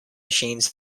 machines